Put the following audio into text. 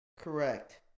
correct